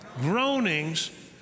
groanings